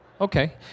okay